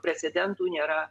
precedentų nėra